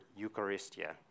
eucharistia